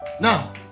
Now